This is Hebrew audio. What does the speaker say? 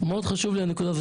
מאוד חשובה לי הנקודה הזאת.